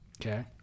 Okay